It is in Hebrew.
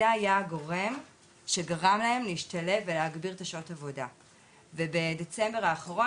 זה היה הגורם שגרם להן להשתלב ולהגביר את שעות העבודה ובדצמבר האחרון,